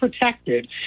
protected